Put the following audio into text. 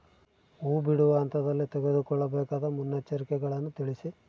ಹೂ ಬಿಡುವ ಹಂತದಲ್ಲಿ ತೆಗೆದುಕೊಳ್ಳಬೇಕಾದ ಮುನ್ನೆಚ್ಚರಿಕೆಗಳನ್ನು ತಿಳಿಸಿ?